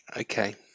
okay